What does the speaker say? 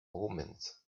omens